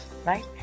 right